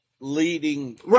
leading